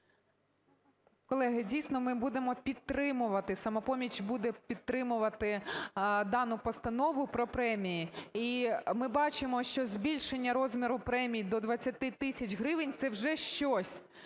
Колеги, дійсно, ми будемо підтримувати, "Самопоміч" буде підтримувати дану постанову про премії. І ми бачимо, що збільшення розміру премій до 20 тисяч гривень, це вже щось.